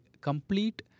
complete